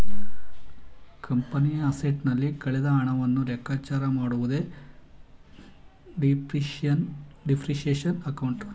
ಕಂಪನಿಯ ಅಸೆಟ್ಸ್ ನಲ್ಲಿ ಕಳೆದ ಹಣವನ್ನು ಲೆಕ್ಕಚಾರ ಮಾಡುವುದೇ ಡಿಪ್ರಿಸಿಯೇಶನ್ ಅಕೌಂಟ್